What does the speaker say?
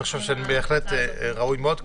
אני חושב שזה בהחלט ראוי מאוד.